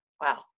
Wow